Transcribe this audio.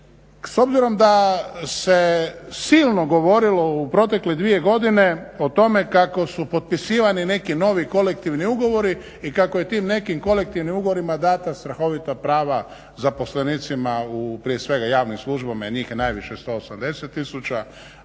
s obzirom da se silno govorilo u protekle dvije godine o tome kako su potpisivani neki novi kolektivni ugovori i kako je tim nekim kolektivnim ugovorima data strahovita prava zaposlenicima prije svega u javnim službama jer njih je najviše 180 tisuća